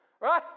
Right